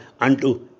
unto